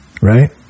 right